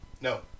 no